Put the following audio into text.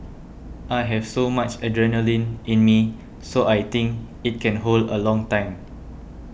I have so much adrenaline in me so I think it can hold a long time